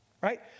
right